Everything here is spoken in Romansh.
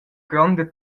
gronda